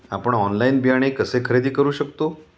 आपण ऑनलाइन बियाणे कसे खरेदी करू शकतो?